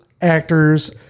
actors